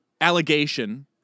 allegation